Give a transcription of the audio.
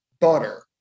butter